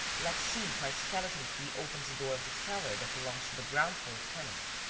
let's see if my skeleton-key opens the door of the cellar that belongs to the ground-floor tenant.